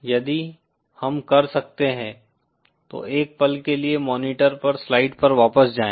यदि हम कर सकते हैं तो एक पल के लिए मॉनिटर पर स्लाइड पर वापस जाएं